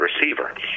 receiver